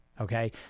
Okay